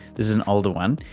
this is an older one,